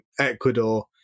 Ecuador